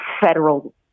federal